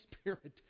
Spirit